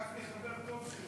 גפני חבר טוב שלך.